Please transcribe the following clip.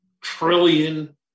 trillion